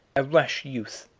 a rash youth,